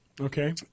Okay